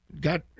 Got